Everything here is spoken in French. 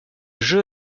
jeu